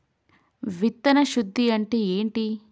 విత్తన శుద్ధి అంటే ఏంటి?